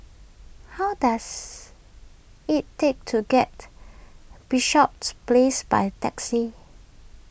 how does it take to get Bishops Place by taxi